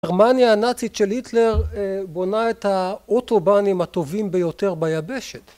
גרמניה הנאצית של היטלר בונה את האוטו-בנים הטובים ביותר ביבשת.